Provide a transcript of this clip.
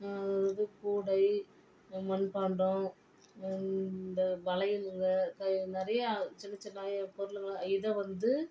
இது கூடை மண்பாண்டம் இந்த வளையலுங்க நிறையா சின்னச் சின்ன நிறையா பொருளுங்க இதை வந்து